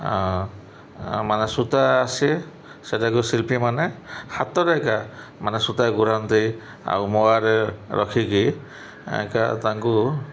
ମାନେ ସୂତା ଆସେ ସେଇଟାକୁ ଶିଳ୍ପୀମାନେ ହାତରେ ଏକା ମାନେ ସୂତା ଗୁରାନ୍ତି ଆଉ ମଆରେ ରଖିକି ଏକା ତାଙ୍କୁ